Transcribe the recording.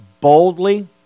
boldly